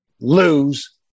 lose